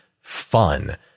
fun